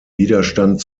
widerstand